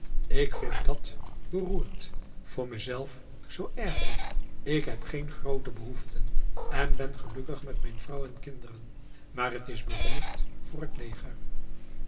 ik vind het beroerd voor mezelf zoo erg niet ik heb geen groote behoeften en ben gelukkig met mijn vrouw en kinderen maar het is beroerd voor het leger